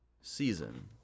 season